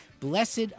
blessed